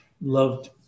loved